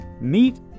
meet